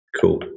Cool